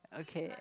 okay